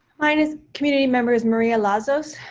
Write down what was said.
mine is community members, maria lazos.